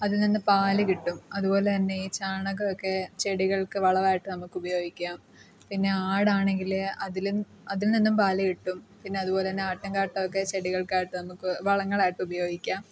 അതിൽ നിന്ന് പാൽ കിട്ടും അതുപോലെതന്നെ ഈ ചാണകം ഒക്കെ ചെടികൾക്ക് വളമായിട്ട് നമുക്ക് ഉപയോഗിക്കാം പിന്നെ ആടാണെങ്കിൽ അതിൽ അതിൽ നിന്നും പാൽ കിട്ടും പിന്നെ അതുപോലെ തന്നെ ആട്ടിൻകാട്ടം ഒക്കെ ചെടികൾക്കായിട്ട് നമുക്ക് വളങ്ങളായിട്ട് ഉപയോഗിക്കാം